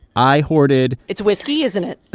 i hoarded. it's whiskey, isn't it?